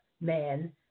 man